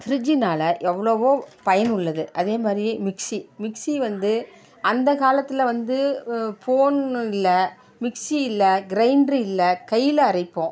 ஃப்ரிட்ஜினால் எவ்வளவோ பயன் உள்ளது அதே மாதிரி மிக்சி மிக்சி வந்து அந்த காலத்தில் வந்து ஃபோனு இல்லை மிக்சி இல்லை கிரைண்டரு இல்லை கையில் அரைப்போம்